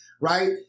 right